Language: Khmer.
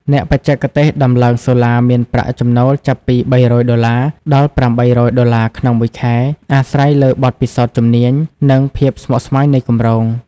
អ្នកបច្ចេកទេសដំឡើងសូឡាមានប្រាក់ចំណូលចាប់ពី ៣០០ ដុល្លារ ដល់ ៨០០ ដុល្លារ ក្នុងមួយខែ អាស្រ័យលើបទពិសោធន៍ជំនាញ និងភាពស្មុគស្មាញនៃគម្រោង។